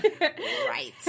Right